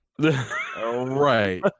right